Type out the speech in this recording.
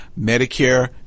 Medicare